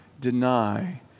deny